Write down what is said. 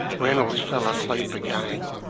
reynolds fell asleep again,